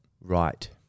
Right